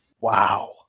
Wow